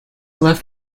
left